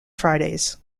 fridays